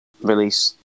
release